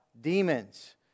demons